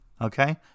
okay